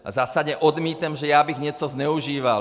A zásadně odmítám, že já bych něco zneužíval!